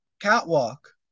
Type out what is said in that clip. catwalk